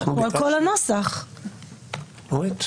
אורית,